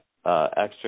extra